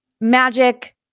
magic